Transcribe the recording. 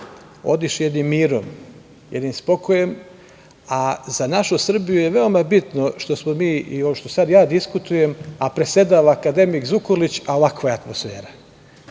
odiše jednim mirom, jednim spokojem.Za našu Srbiju je veoma bitno što smo mi i ovo što sada ja diskutujem, a predsedava akademik Zukorlić, a ovakva je atmosfera.